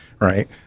Right